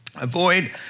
Avoid